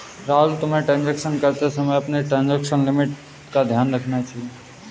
राहुल, तुम्हें ट्रांजेक्शन करते समय अपनी ट्रांजेक्शन लिमिट का ध्यान रखना चाहिए